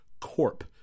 Corp